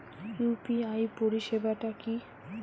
UPI পরিসেবাটা কি?